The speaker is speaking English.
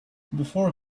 before